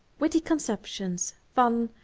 witty conceptions, fun,